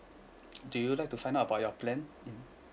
do you like to find out about your plan